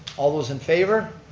all those in favor?